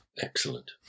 Excellent